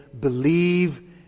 believe